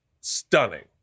stunning